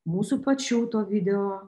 mūsų pačių to video